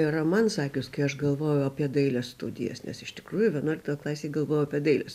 yra man sakius kai aš galvojau apie dailės studijas nes iš tikrųjų vienuoliktoj klasėj galvojau apie dailės